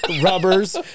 rubbers